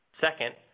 Second